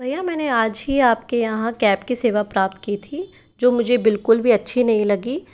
भैया मैंने आज ही आपके यहाँ कैब की सेवा प्राप्त की थी जो मुझे बिल्कुल भी अच्छी नहीं लगी